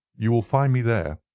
you will find me there.